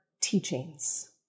teachings